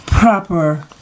Proper